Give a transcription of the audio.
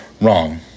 Wrong